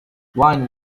wine